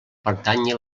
pertanyi